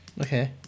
Okay